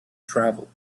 travel